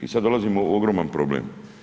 I sada dolazimo ogroman problem.